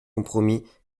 compromis